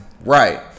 Right